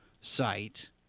site